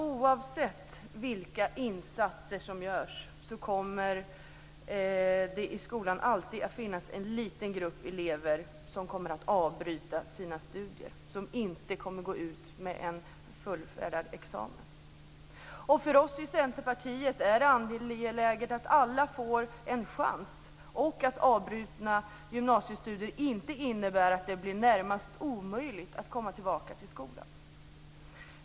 Oavsett vilka insatser som görs kommer det dock i skolan alltid att finnas en liten grupp elever som avbryter sina studier, som inte går ut med fullföljd examen. För oss i Centerpartiet är det angeläget att alla får en chans och att avbrutna gymnasiestudier inte innebär att det blir närmast omöjligt att komma tillbaka till skolan.